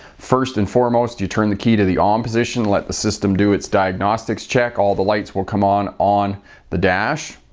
first and foremost, you turn the key to the on um position, let the system do its diagnostics check all the lights will come on on the dash.